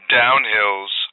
downhills